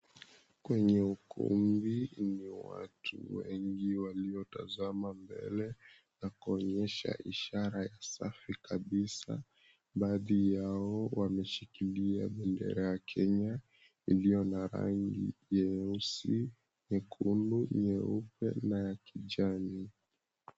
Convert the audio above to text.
Kwenye ukumbi ni watu wengi waliotazama mbele na kuonyesha ishara ya safi kabisa. Baadhi yao wameshikilia bendera ya Kenya iliyo na rangi jeusi, nyekundu, nyeupe na ya kijani.